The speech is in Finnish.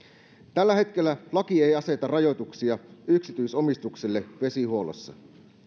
tällä hetkellä laki ei aseta rajoituksia yksityisomistukselle vesihuollossa